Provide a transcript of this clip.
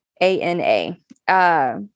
A-N-A